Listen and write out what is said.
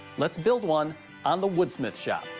let's build one on the wood smith shop.